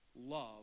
love